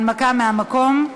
הנמקה מהמקום.